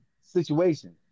situation